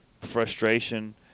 frustration